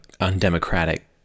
undemocratic